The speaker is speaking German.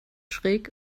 schräg